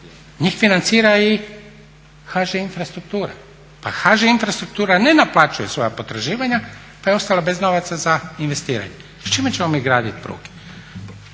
njih financira i HŽ Infrastruktura pa HŽ Infrastruktura ne naplaćuje svoja potraživanja pa je ostala bez novaca za investiranje. S čime ćemo mi graditi pruge?